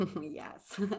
Yes